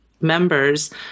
members